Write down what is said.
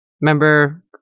Remember